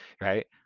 right